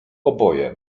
oboje